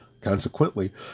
Consequently